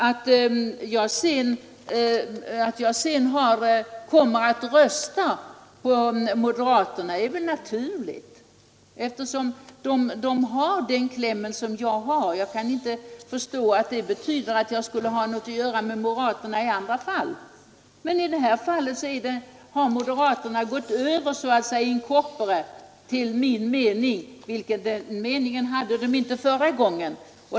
Att jag sedan kommer att rösta på moderaternas reservation är väl naturligt, eftersom de har samma kläm som jag. Jag kan inte förstå att det skulle behöva betyda att jag skulle ha något att göra med moderaterna i andra fall. Men i det här fallet har moderaterna så att säga in corpore gått över till min mening, och den uppfattningen hade de inte förra gången.